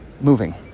moving